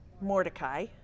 Mordecai